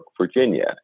Virginia